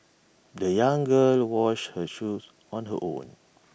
the young girl washed her shoes on her own